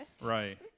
Right